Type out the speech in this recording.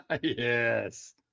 yes